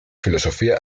filosofía